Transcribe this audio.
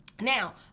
now